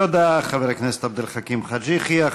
תודה, חבר הכנסת עבד אל חכים חאג' יחיא.